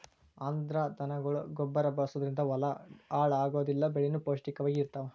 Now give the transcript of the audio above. ಅಂದ್ರ ದನಗೊಳ ಗೊಬ್ಬರಾ ಬಳಸುದರಿಂದ ಹೊಲಾ ಹಾಳ ಆಗುದಿಲ್ಲಾ ಬೆಳಿನು ಪೌಷ್ಟಿಕ ವಾಗಿ ಇರತಾವ